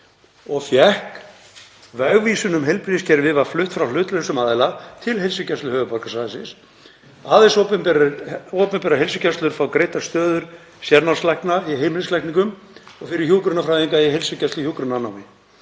og fékk það. Vegvísir um heilbrigðiskerfi var fluttur frá hlutlausum aðila til Heilsugæslu höfuðborgarsvæðisins. Aðeins opinberar heilsugæslur fá greiddar stöður sérnámslækna í heimilislækningum og fyrir hjúkrunarfræðinga í heilsugæsluhjúkrunarnámi.